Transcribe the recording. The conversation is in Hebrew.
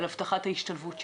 על הבטחת ההשתלבות שלהם.